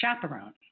chaperone